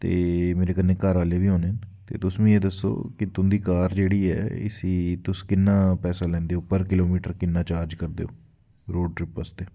ते मेरे कन्नै घर आह्ले बी होने न ते तुस मीं एह् दस्सो कि तुं'दी कार जेह्ड़ी ऐ इस्सी तुस किन्ना पैसा लैंदे ओह् पर किलोमीटर किन्ना चार्ज करदे ओ रोड ट्रिप आस्तै